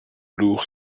lourd